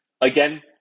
Again